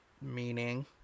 Meaning